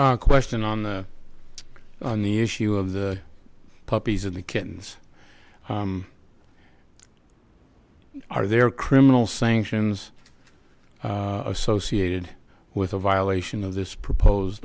him question on the on the issue of the puppies and the kittens are there criminal sanctions associated with a violation of this proposed